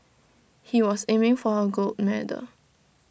he was aiming for A gold medal